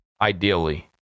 ideally